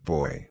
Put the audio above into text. Boy